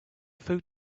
food